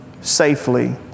safely